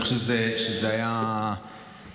אני חושב שזה היה מתבקש,